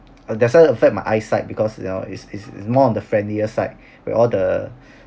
uh that's why affect my eyesight because you know is is more on the friendlier side with all the